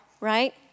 right